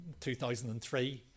2003